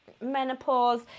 Menopause